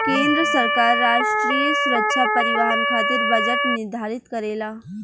केंद्र सरकार राष्ट्रीय सुरक्षा परिवहन खातिर बजट निर्धारित करेला